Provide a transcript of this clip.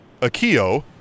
Akio